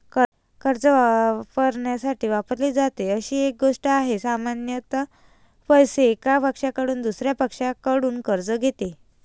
कर्ज वापरण्यासाठी वापरली जाते अशी एक गोष्ट आहे, सामान्यत पैसे, एका पक्षाकडून दुसर्या पक्षाकडून कर्ज घेते